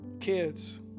kids